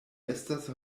estas